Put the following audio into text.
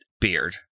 beard